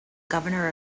governor